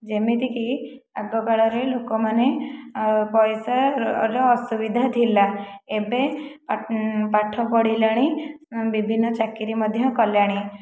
ଯେମିତିକି ଆଗକାଳରେ ଲୋକମାନେ ପଇସାର ଅସୁବିଧା ଥିଲା ଏବେ ପାଠ ପଢ଼ିଲେଣି ବିଭିନ୍ନ ଚାକିରି ମଧ୍ୟ କଲେଣି